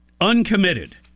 uncommitted